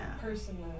Personally